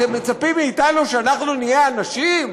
אתם מצפים מאתנו שאנחנו נהיה אנשים?